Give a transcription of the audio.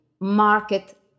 market